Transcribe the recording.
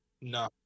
No